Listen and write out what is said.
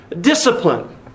discipline